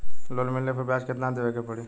Loan मिलले पर ब्याज कितनादेवे के पड़ी?